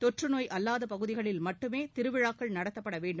தொற்று நோய் அல்லாத பகுதிகளில் மட்டுமே திருவிழாக்கள் நடத்தப்பட வேண்டும்